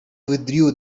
withdrew